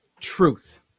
Truth